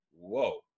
whoa